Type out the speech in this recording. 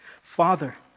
Father